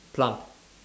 plum